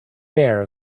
bare